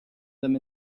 them